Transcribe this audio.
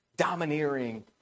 domineering